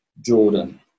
Jordan